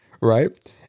right